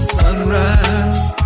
sunrise